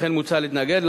לכן מוצע להתנגד.